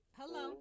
hello